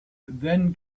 then